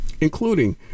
including